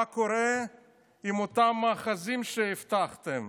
מה קורה עם אותם מאחזים שהבטחתם?